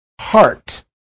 heart